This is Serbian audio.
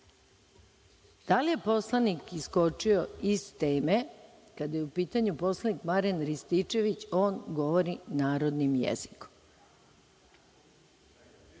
li je poslanik iskočio iz teme? Kada je u pitanju poslanik Marijan Rističević, on govori narodnim jezikom